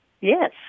Yes